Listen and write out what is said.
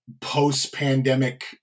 post-pandemic